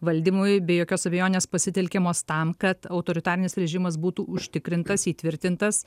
valdymui be jokios abejonės pasitelkiamos tam kad autoritarinis režimas būtų užtikrintas įtvirtintas